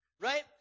right